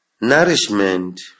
Nourishment